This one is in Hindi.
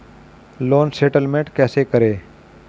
लोन सेटलमेंट कैसे करें?